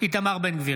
איתמר בן גביר,